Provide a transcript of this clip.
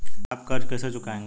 आप कर्ज कैसे चुकाएंगे?